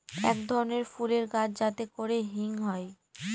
এক ধরনের ফুলের গাছ যাতে করে হিং হয়